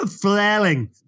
flailing